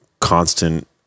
constant